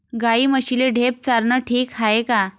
गाई म्हशीले ढेप चारनं ठीक हाये का?